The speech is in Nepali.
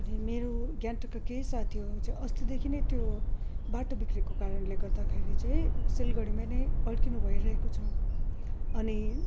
मेरो गान्तोकका केही साथीहरू चाहिँ अस्तिदेखि त्यो बाटो बिग्रेको कारणले गर्दाखेरि चाहिँ सिलगढीमै नै अड्किनु भइरहेको छ अनि